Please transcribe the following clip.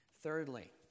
Thirdly